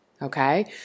Okay